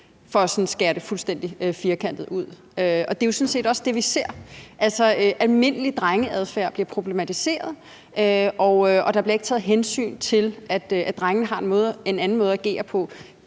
at skære det fuldstændig firkantet ud. Og det er jo sådan set også det, vi ser. Altså, almindelig drengeadfærd bliver problematiseret, og der bliver ikke taget hensyn til, at drengene har en anden måde at agere på.